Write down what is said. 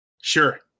Sure